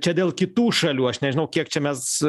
čia dėl kitų šalių aš nežinau kiek čia mes